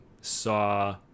saw